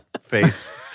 face